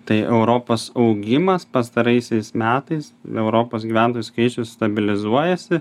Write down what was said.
tai europos augimas pastaraisiais metais europos gyventojų skaičius stabilizuojasi